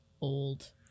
old